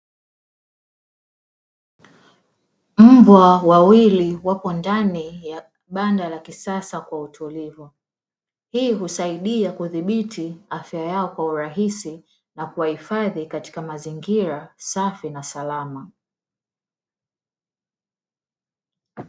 Mbwa wawili wapo ndani ya banda la kisasa kwa utulivu; hii husaidia kudhibiti afya yao kwa urahisi na kuwahifadhi katika mazingira safi na salama.